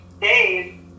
Dave